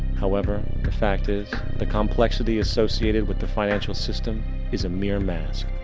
however, the fact is the complexity associated with the financial system is a mere mask.